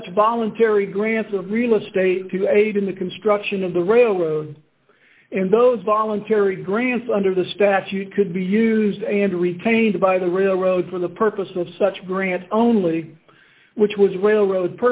such voluntary grants of real estate to aid in the construction of the railroad and those voluntary grants under the statute could be used and retained by the railroad for the purpose of such grants only which was railroad